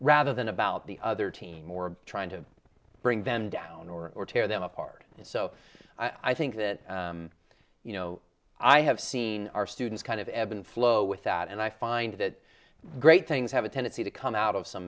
rather than about the other team or trying to bring them down or tear them apart so i think that you know i have seen our students kind of ebb and flow with that and i find that great things have a tendency to come out of some